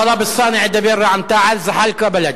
טלב אלסאנע ידבר בשם רע"ם-תע"ל וזחאלקה בשם בל"ד.